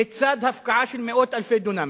לצד הפקעה של מאות אלפי דונמים.